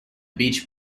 beach